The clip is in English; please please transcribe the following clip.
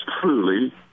truly